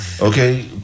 Okay